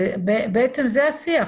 בעצם, זה השיח.